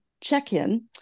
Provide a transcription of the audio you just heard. check-in